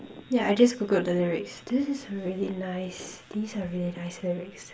yeah I just googled the lyrics this is really nice these are really nice lyrics